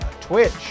twitch